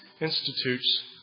Institutes